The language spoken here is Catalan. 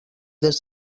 des